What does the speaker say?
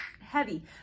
heavy